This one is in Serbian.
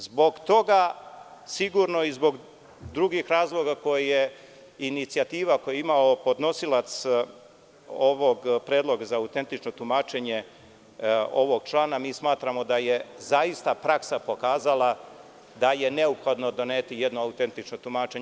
Zbog toga sigurno i zbog drugih razloga koje inicijativa koji je imao podnosilac ovog predloga za autentično tumačenje ovog člana, mi smatramo da je zaista praksa pokazala da je neophodno doneti jedno autentično tumačenje.